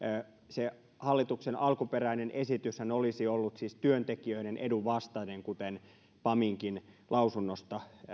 se hallituksen alkuperäinen esityshän olisi ollut siis työntekijöiden edun vastainen kuten paminkin lausunnosta